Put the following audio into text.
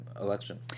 election